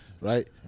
Right